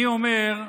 אני אומר,